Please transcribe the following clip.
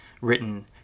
written